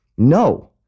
No